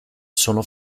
sono